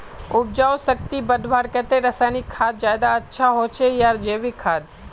उपजाऊ शक्ति बढ़वार केते रासायनिक खाद ज्यादा अच्छा होचे या जैविक खाद?